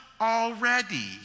already